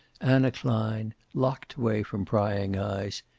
anna klein, locked away from prying eyes,